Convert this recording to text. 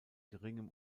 geringem